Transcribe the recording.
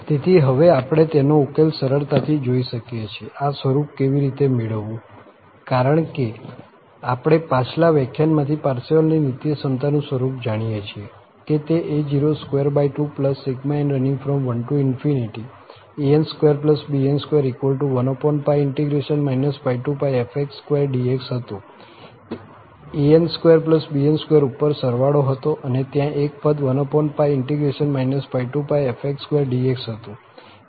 તેથી હવે આપણે તેનો ઉકેલ સરળતાથી જોઈ શકીએ છીએ આ સ્વરૂપ કેવી રીતે મેળવવું કારણ કે આપણે પાછલા વ્યાખ્યાનમાંથી પારસેવલની નિત્યસમતાનું સ્વરૂપ જાણીએ છીએ કે તે a022∑n1 an2bn21 πfx2dx હતું an2bn2 ઉપર સરવાળો હતો અને ત્યાં એક પદ 1 πfx2dx હતું